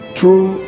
true